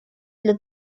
для